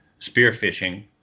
spearfishing